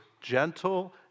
gentle